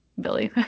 Billy